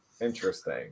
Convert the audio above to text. Interesting